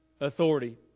authority